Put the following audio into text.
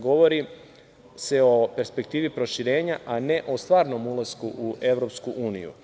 Govori se o perspektivi proširenja, a ne o stvaranom ulasku u EU.